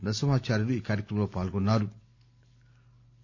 నరసింహాచార్యులు ఈ కార్యక్రమంలో పాల్గొన్నారు